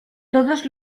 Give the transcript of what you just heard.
todos